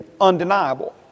undeniable